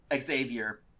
Xavier